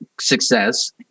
success